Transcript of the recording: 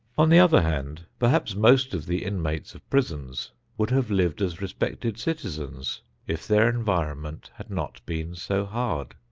on the other hand, perhaps most of the inmates of prisons would have lived as respected citizens if their environment had not been so hard.